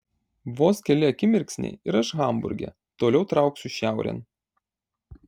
vos keli akimirksniai ir aš hamburge toliau trauksiu šiaurėn